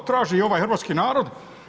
To traži i ovaj hrvatski narod.